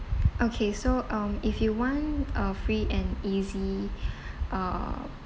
okay so um if you want uh free and easy uh